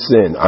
Sin